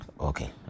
Okay